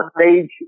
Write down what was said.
stage